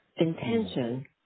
intention